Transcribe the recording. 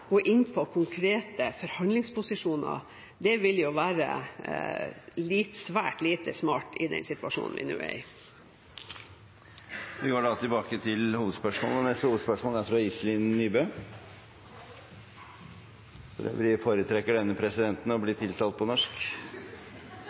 inn på konkrete forhandlingsposisjoner. Det vil være svært lite smart i den situasjonen vi nå er i. Vi går da videre til neste hovedspørsmål, fra Iselin Nybø. For øvrig foretrekker denne presidenten å bli